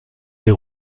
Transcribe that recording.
des